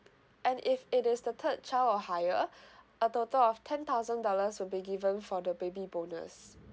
and if it is the third child or higher a total of ten thousand dollars will be given for the baby bonus